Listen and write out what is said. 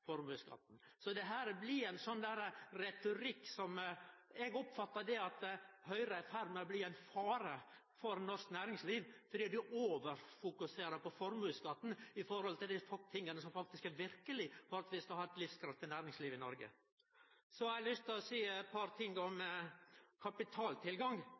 blir ein retorikk som gjer at eg oppfattar det som at Høgre er i ferd med å bli ein fare for norsk næringsliv, fordi dei overfokuserer på formuesskatten i forhold til dei tinga som faktisk er viktige for at vi skal ha eit livskraftig næringsliv i Noreg. Eg har lyst til å seie eit par ting om kapitaltilgang.